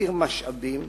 עתיר משאבים,